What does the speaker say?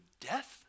death